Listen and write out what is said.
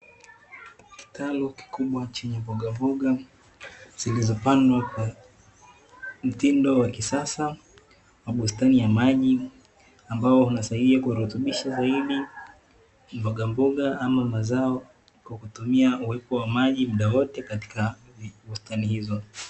Kitalu kikubwa chenye mboga mboga zilizopandwa kwa mtindo wa kisasa, na bustani ya maji ambao unasaidia kurutubisha zaidi mbogamboga ama mazao, kwa kutumia uwepo wa maji muda wote katika bustani hizo.